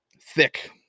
thick